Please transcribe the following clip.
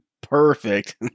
perfect